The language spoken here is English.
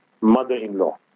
mother-in-law